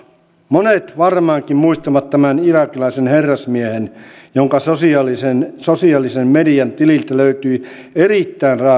monet varmaankin muistavat irakilaisen herrasmiehen jonka sosiaalisen median tililtä löytyi erittäin raakoja kuvia